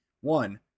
One